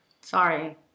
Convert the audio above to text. Sorry